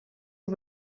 you